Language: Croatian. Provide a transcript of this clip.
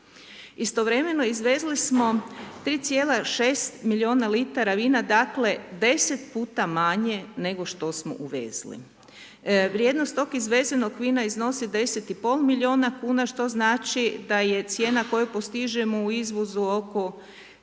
Istovremeno izvezli smo 3,6 milijuna litara vina, dakle 10 puta manje nego što smo uvezli. Vrijednost tog izvezenog vina iznosi 10 i pol milijuna kuna, što znači da je cijena koju postižemo u izvozu oko